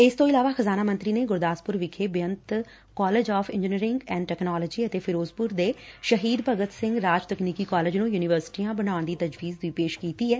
ਇਸ ਤੋਂ ਇਲਾਵਾ ਖਜ਼ਾਨਾ ਮੰਤਰੀ ਨੇ ਗੁਰਦਾਸਪੁਰ ਵਿਖੇ Beant college of engineering and technology ਅਤੇ ਫਿਰੋਜ਼ਪੁਰ ਦੇ ਸ਼ਹੀਦ ਭਗਤ ਸਿੰਘ ਰਾਜ ਤਕਨੀਕੀ ਕਾਲਜ ਨੰ ਯੁਨੀਵਰਸਿਟੀਆਂ ਬਣਾਉਣ ਦੀ ਤਜਵੀਜ਼ ਵੀ ਪੇਸ਼ ਕੀਤੀ ਐ